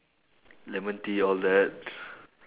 lemon tea all that